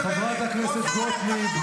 חברת הכנסת גוטליב,